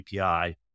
API